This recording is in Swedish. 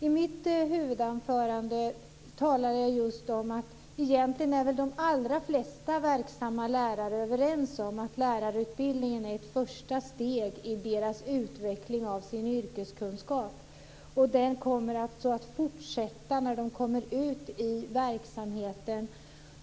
I mitt huvudanförande talade jag just om att de allra flesta verksamma lärare väl egentligen är överens om att lärarutbildningen är ett första steg i utvecklingen av deras yrkeskunskap. Där blir det alltså en fortsättning när de kommer ut i verksamheten.